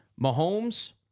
Mahomes